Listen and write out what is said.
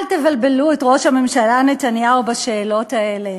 אל תבלבלו את ראש הממשלה נתניהו בשאלות האלה.